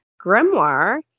grimoire